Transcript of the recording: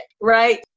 right